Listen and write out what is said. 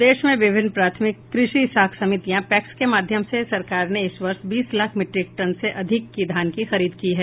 प्रदेश में विभिन्न प्राथमिक कृषि साख समितियां पैक्स के माध्यम से सरकार ने इस वर्ष बीस लाख मीट्रिक टन से अधिक की धान की खरीद की है